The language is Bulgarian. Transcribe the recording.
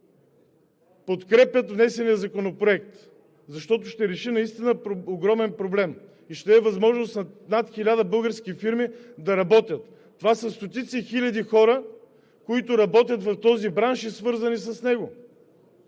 подкрепят внесения законопроект, защото ще реши огромен проблем и ще даде възможност на над 1000 български фирми да работят. Това са стотици хиляди хора, които работят в този бранш, и са свързани с него.